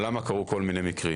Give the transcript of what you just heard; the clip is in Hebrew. למה קרו כל מיני מקרים.